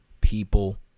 people